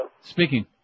Speaking